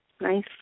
Nice